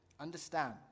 Understand